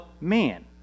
man